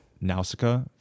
nausicaa